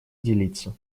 делиться